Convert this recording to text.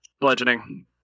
bludgeoning